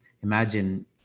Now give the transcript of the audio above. imagine